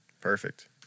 Perfect